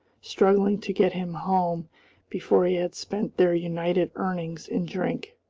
struggling to get him home before he had spent their united earnings in drink.